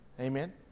amen